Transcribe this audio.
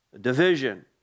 division